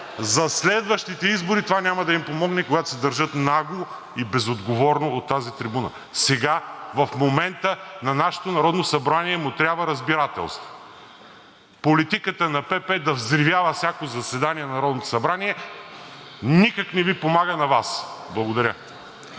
за следващите избори това няма да им помогне, когато се държат нагло и безотговорно от тази трибуна. Сега, в момента, на нашето Народно събрание му трябва разбирателство! Политиката на „Продължаваме Промяната“ да взривява всяко заседание на Народното събрание никак не Ви помага на Вас. Благодаря.